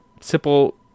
simple